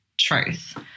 truth